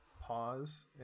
pause